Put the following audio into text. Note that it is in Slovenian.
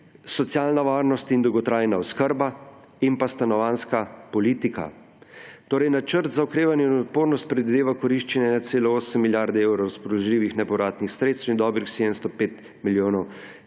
socialna varnost in dolgotrajna oskrba in pa stanovanjska politika. Torej, Načrt za okrevanje in odpornost predvideva koriščenje 1,8 milijarde evrov razpoložljivih nepovratnih sredstev in dobrih 705 milijonov